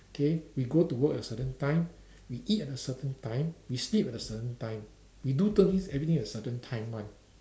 okay we go to work at a certain time we eat at a certain time we sleep at a certain time we do everything at a certain time one